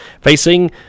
facing